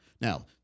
Now